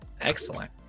Excellent